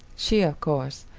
she, of course,